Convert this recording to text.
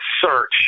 search